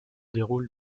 déroule